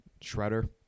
Shredder